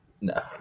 No